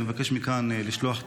אני מבקש לשלוח מכאן תנחומים,